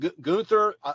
Gunther